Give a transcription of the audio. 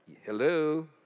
hello